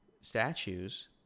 statues